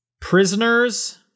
prisoners